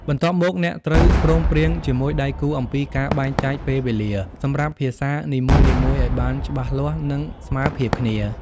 បន្ទាប់មក អ្នកត្រូវព្រមព្រៀងជាមួយដៃគូអំពីការបែងចែកពេលវេលាសម្រាប់ភាសានីមួយៗឱ្យបានច្បាស់លាស់ និងស្មើភាពគ្នា។